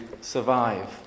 survive